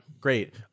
Great